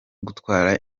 gutwara